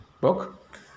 book